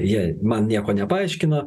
jie man nieko nepaaiškina